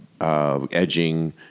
Edging